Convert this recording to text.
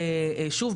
שוב,